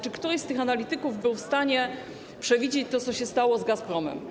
Czy któryś z tych analityków był w stanie przewidzieć to, co stało się z Gazpromem?